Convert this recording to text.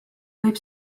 võib